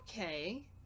okay